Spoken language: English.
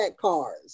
cars